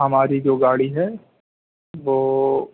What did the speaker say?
ہماری جو گاڑی ہے وہ